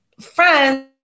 friends